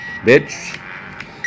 bitch